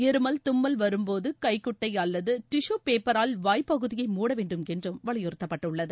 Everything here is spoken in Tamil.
இருமல் தம்பல் வரும்போதுகைகுட்டைஅல்லது டிஷு பேப்பரால் வாய் பகுதியை மூட வேண்டும் என்றும் வலியுறுத்தப்பட்டுள்ளது